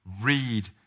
read